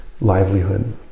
livelihood